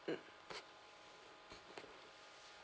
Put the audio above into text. mm